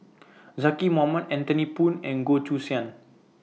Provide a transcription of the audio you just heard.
Zaqy Mohamad Anthony Poon and Goh Choo San